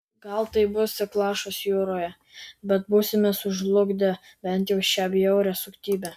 gal tai bus tik lašas jūroje bet būsime sužlugdę bent jau šią bjaurią suktybę